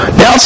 Now